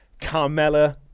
Carmella